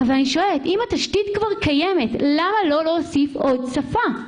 אז אני שואלת אם התשתית כבר קיימת למה לא להוסיף עוד שפה,